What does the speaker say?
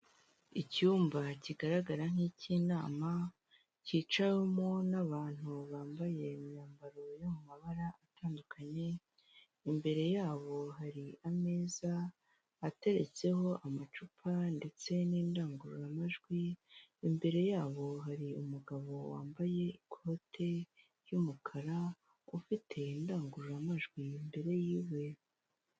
Icyumba kigaragara nk'icy'inama, cyicawemo n'abantu bambaye imyambaro yo mu mabara atandukanye, imbere yabo hari ameza ateretseho amacupa ndetse n'indangururamajwi, imbere yabo hari umugabo wambaye ikote ry'umukara, ufite indangururamajwi imbere y'iwe.